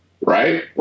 Right